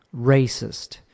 racist